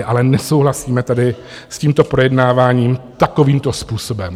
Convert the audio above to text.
Ale nesouhlasíme tady s tímto projednáváním takovýmto způsobem.